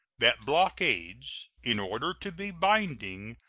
that blockades, in order to be binding,